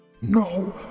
No